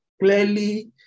Clearly